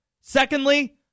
Secondly